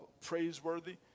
praiseworthy